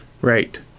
Right